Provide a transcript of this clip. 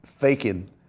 faking